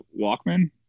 Walkman